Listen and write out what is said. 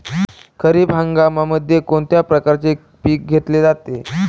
खरीप हंगामामध्ये कोणत्या प्रकारचे पीक घेतले जाते?